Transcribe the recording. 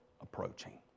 approaching